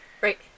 Right